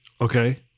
Okay